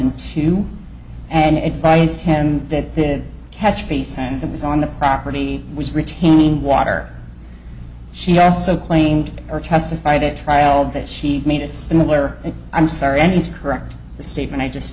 and two and advised him that the catch piece and it was on the property was retaining water she also claimed or testified at trial that she made a similar and i'm sorry ending to correct the statement i just